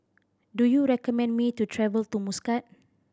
do you recommend me to travel to Muscat